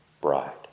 bride